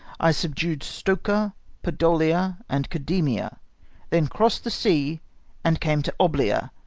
i subdu'd stoka, podolia, and codemia then cross'd the sea and came to oblia,